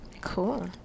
Cool